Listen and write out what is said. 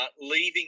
leaving